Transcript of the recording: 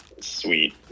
sweet